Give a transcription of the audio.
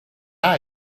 eye